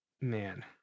Man